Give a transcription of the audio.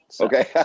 Okay